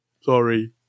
Sorry